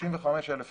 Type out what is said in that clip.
35,000 טון.